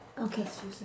okay